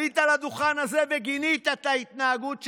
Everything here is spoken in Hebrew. עלית לדוכן הזה וגינית את ההתנהגות שלהם.